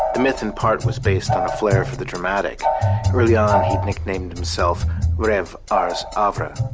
the myth in part was based on a flair for the dramatic early on he nicknamed himself rev ars ah avra,